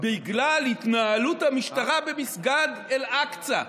בגלל התנהלות המשטרה במסגד אל-אקצא.